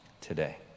today